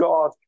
God